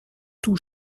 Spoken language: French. tout